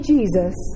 Jesus